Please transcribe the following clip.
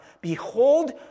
behold